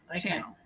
channel